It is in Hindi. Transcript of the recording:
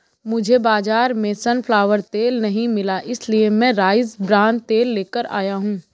मुझे बाजार में सनफ्लावर तेल नहीं मिला इसलिए मैं राइस ब्रान तेल लेकर आया हूं